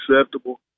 acceptable